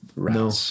No